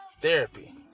therapy